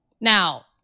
Now